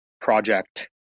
project